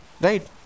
right